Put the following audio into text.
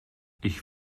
ich